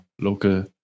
local